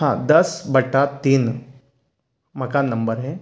हाँ दस बटा तीन मकान नंबर हैं